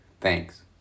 Thanks